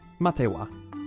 Matewa